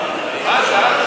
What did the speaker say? אתך.